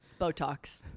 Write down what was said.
Botox